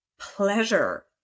pleasure